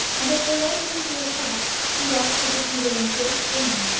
and as they led him into a shop he walked as if he were in great pain.